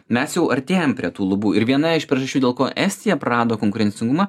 mes jau artėjam prie tų lubų ir viena iš priežasčių dėl ko estija prarado konkurencingumą